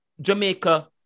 jamaica